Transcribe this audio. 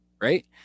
Right